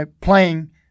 playing